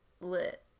Lit